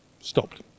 stopped